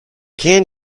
can